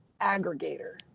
aggregator